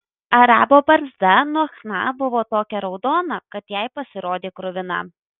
arabo barzda nuo chna buvo tokia raudona kad jai pasirodė kruvina